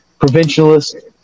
provincialist